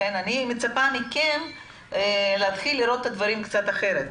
לכן אני מצפה מכם להתחיל לראות את הדברים קצת אחרת.